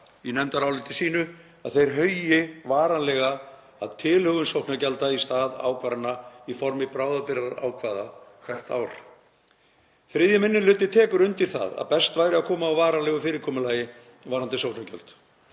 í nefndaráliti sínu að þeir hugi að varanlegri útfærslu á tilhögun sóknargjalda í stað ákvarðana í formi bráðabirgðaákvæða hvert ár. Þriðji minni hluti tekur undir það að best væri að koma á varanlegu fyrirkomulagi varðandi sóknargjöld.